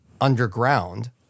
underground